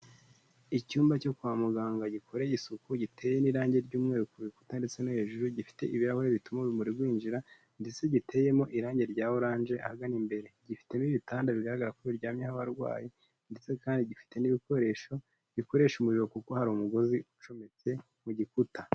Icyumba cyo kwa muganga gikoreye isuku giteye n'irangi ry'umweru ku bikuta ndetse no hejuru, gifite ibirahuri bituma urumuri rwinjira ndetse giteyemo irangi rya oranje ahagana imbere, gifitemo ibitanda bigaragara ko biryamyeho abarwayi ndetse kandi gifite n'ibikoresho bikoresha umuriro kuko hari umugozi ucometse mu gikuta.